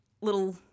little